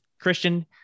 Christian